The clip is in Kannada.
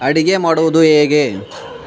ಅಡುಗೆ ಮಾಡೋದು ಹೇಗೆ